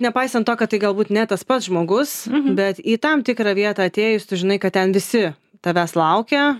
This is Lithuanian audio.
nepaisant to kad tai galbūt ne tas pats žmogus bet į tam tikrą vietą atėjus tu žinai kad ten visi tavęs laukia